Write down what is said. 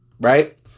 right